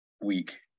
week